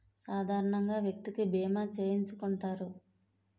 సాధారణంగా వ్యక్తికి బీమా చేయించుకుంటారు